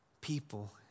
people